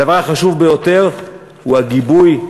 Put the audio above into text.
הדבר החשוב ביותר הוא הגיבוי.